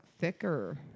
thicker